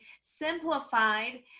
simplified